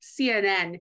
CNN